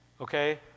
okay